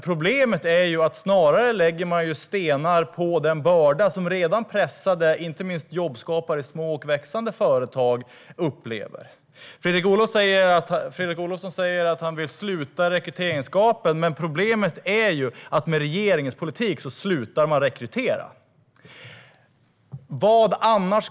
Problemet är att man snarare lägger stenar på den börda som redan pressade, och inte minst jobbskapande, små och växande företag upplever. Fredrik Olovsson sa att han vill sluta rekryteringsgapet. Men problemet är att företagen slutar rekrytera på grund av regeringens politik.